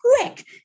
quick